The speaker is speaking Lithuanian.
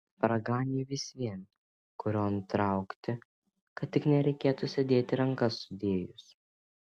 raganiui vis vien kurion traukti kad tik nereikėtų sėdėti rankas sudėjus